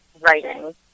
writing